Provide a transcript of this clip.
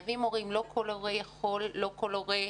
לא כל הורה יכול, לא כל הורה,